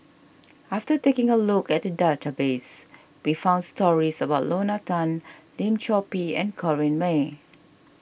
after taking a look at the database we found stories about Lorna Tan Lim Chor Pee and Corrinne May